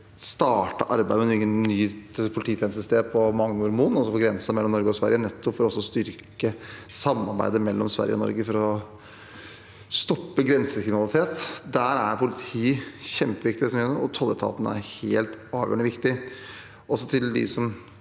starte arbeidet med nytt polititjenestested på Magnormoen, på grensen mellom Norge og Sverige, nettopp for å styrke samarbeidet mellom Sverige og Norge for å stoppe grensekriminalitet. Der er politiet kjempeviktig, og tolletaten er helt avgjørende viktig. Til dem som